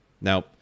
Now